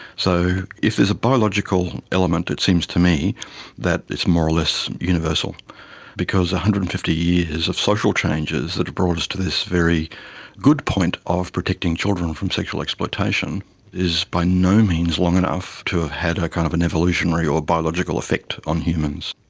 so if there's a biological element it seems to me that it's more or less universal because one hundred and fifty years of social changes that have brought us to this very good point of protecting children from sexual exploitation is by no means long enough to have had a kind of and evolutionary or biological effect on humans.